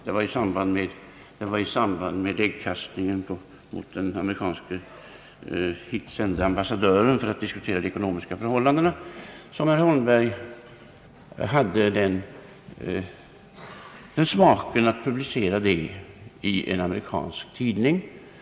Det var i samband med äggkastningen mot den amerikanske ambassadören, hitsänd för att diskutera de ekonomiska förhållandena, som herr Holmberg hade smaken att publicera detta i en amerikansk tidning.